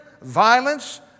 violence